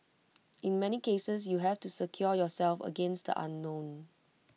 in many cases you have to secure yourself against the unknown